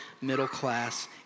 middle-class